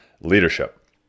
leadership